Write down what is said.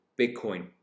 bitcoin